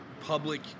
public